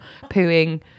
pooing